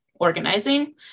organizing